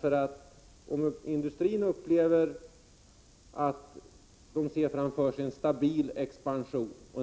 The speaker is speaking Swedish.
För om industrin ser framför sig en